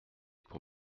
pour